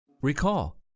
Recall